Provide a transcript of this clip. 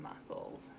muscles